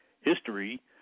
history